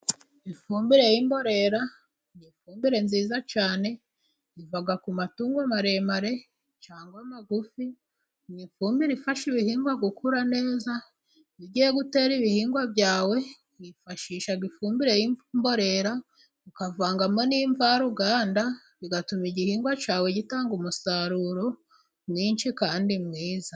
Ifumbire y'imimborera ni ifumbire nziza cyane. iva ku matungo maremare cyangwa magufi, n'ifumbire ifasha ibihingwa gukura neza, iyo ugiye gutera ibihingwa byawe wifashisha ifumbire y'imborera ukavangamo n'imvaruganda, bigatuma igihingwa cyawe gitanga umusaruro mwinshi kandi mwiza.